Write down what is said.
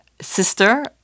sister